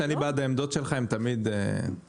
אני תמיד בעד העמדות שלך שהן תמיד מעניינות.